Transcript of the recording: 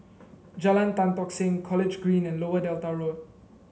Jalan Tan Tock Seng College Green and Lower Delta Road